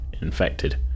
infected